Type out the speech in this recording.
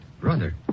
Brother